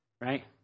Right